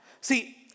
See